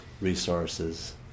resources